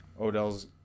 Odell's